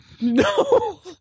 No